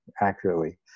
accurately